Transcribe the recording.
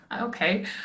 Okay